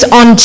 on